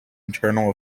internal